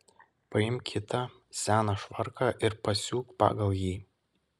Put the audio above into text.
paimk kitą seną švarką ir pasiūk pagal jį